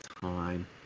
time